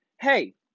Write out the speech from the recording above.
Hey